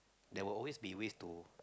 there will always be ways to